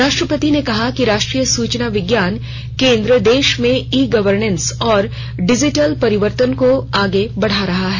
राष्ट्रपति ने कहा कि राष्ट्रीय सूचना विज्ञान केंद्र देश में ई गवर्नेस और डिजिटल परिवर्तन को आगे बढ़ा रहा है